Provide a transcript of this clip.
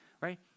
right